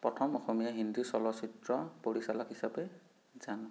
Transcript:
প্ৰথম অসমীয়া হিন্দী চলচিত্ৰ পৰিচালক হিচাপে জানোঁ